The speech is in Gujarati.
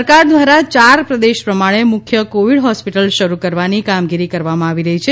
સરકાર દ્વારા ચાર પ્રદેશ પ્રમાણે મુખ્ય કોવિડ હોસ્પિટલ શરૂ કરવાની કામીગીરી કરવામાં આવી રહી છે